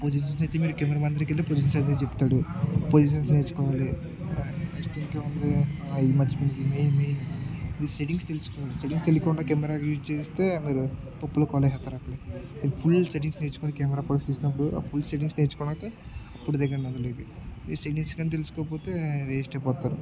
positions అయితే మీరు camera వెళ్ళి పొజిషన్స్ అయితే చెప్తాడు పొజిషన్స్ నేర్చుకోవాలి నెక్స్ట్ ఇంకే ఈ మరిచి మెయిన్ సెట్టింగ్స్ తెలుసుకోవాలి సెటింగ్స్ తెలియకున్న కెమెరా యూస్ చేస్తే మీరు పప్పులో కాలు వేస్తారు అట్లే మీరు ఫుల్ సెట్టింగ్స్ నేర్చుకొని కెమెరా అప్పుడు దిగండి అందులోకి ఆ ఫుల్ సెట్టింగ్స్ నేర్చుకుని అయితే అప్పుడు దిగ్గండి అంతవరకు సెటింగ్స్ కానీ తెలుసుకోకపోతే వేస్ట్ అయిపోతారు